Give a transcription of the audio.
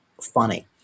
funny